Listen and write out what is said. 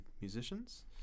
musicians